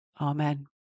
Amen